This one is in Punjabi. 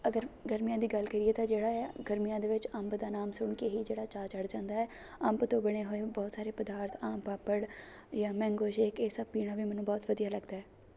ਅਗਰ ਗਰਮੀਆਂ ਦੀ ਗੱਲ ਕਰੀਏ ਤਾਂ ਏ ਜਿਹੜਾ ਗਰਮੀਆਂ ਦੇ ਵਿੱਚ ਅੰਬ ਦਾ ਨਾਮ ਸੁਣ ਕੇ ਹੀ ਜਿਹੜਾ ਚਾਅ ਚੜ੍ਹ ਜਾਂਦਾ ਹੈ ਅੰਬ ਤੋਂ ਬਣੇ ਹੋਏ ਬਹੁਤ ਸਾਰੇ ਪਦਾਰਥ ਆਮ ਪਾਪੜ ਯਾ ਮੈਂਗੋ ਸ਼ੇਕ ਇਸ ਸਭ ਪੀਣਾ ਵੀ ਮੈਨੂੰ ਬਹੁਤ ਵਧੀਆ ਲੱਗਦਾ